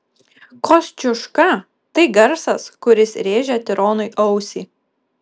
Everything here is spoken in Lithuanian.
kosciuška tai garsas kuris rėžia tironui ausį